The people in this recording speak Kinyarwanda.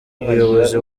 umuyobozi